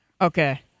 Okay